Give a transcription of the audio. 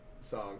song